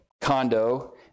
condo